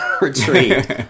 retreat